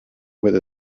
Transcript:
with